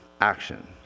action